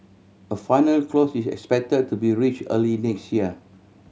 a final closes is expect to be reach early next year